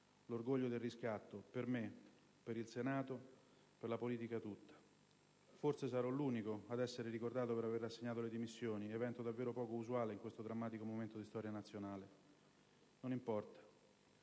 l'orgoglio del riscatto per me, per il Senato, per la politica tutta. Forse sarò l'unico ad essere ricordato per aver rassegnato le dimissioni: è un evento davvero poco usuale in questo drammatico momento di storia nazionale. Non importa.